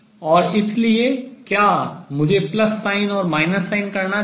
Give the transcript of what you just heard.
और इसलिए क्या मुझे प्लस साइन और माइनस साइन करना चाहिए